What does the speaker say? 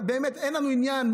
אין לנו עניין,